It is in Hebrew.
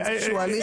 זה איזשהו הליך.